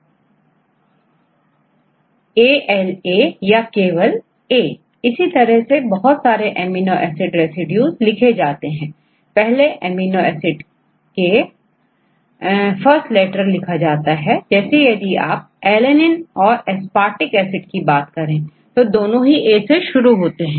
जैसे यदि alanine कहें तो'ala' ALA या केवलA इसी तरह से बहुत सारे एमिनो एसिड रेसिड्यूज लिखे जाते हैं पहले एमिनो एसिड केफर्स्ट लेटरलिखा जाता है जैसे यदि आपalanine औरaspartic एसिड देखें तो पाएंगे कि दोनोंA से शुरू होते हैं